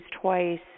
twice